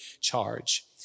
charge